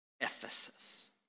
Ephesus